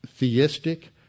theistic